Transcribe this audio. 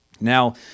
Now